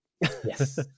Yes